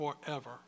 forever